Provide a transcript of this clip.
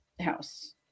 house